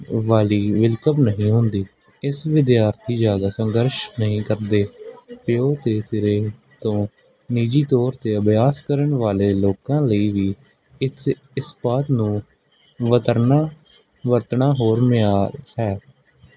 ਵਾਲੀ ਵਿਲਕਮ ਨਹੀਂ ਹੁੰਦੀ ਇਸ ਵਿਦਿਆਰਥੀ ਜ਼ਿਆਦਾ ਸੰਘਰਸ਼ ਨਹੀਂ ਕਰਦੇ ਪਿਓ 'ਤੇ ਸਿਰ ਤੋਂ ਨਿੱਜੀ ਤੌਰ 'ਤੇ ਅਭਿਆਸ ਕਰਨ ਵਾਲੇ ਲੋਕਾਂ ਲਈ ਵੀ ਇਸ ਇਸ ਪਾਤ ਨੂੰ ਵਰਤਣਾ ਵਰਤਣਾ ਹੋਰ ਮਿਆਰ ਹੈ